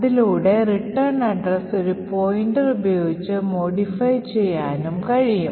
അതിലൂടെ return address ഒരു pointer ഉപയോഗിച്ച് modify ചെയ്യാനും കഴിയും